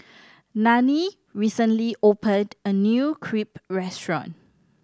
Nanie recently opened a new Crepe restaurant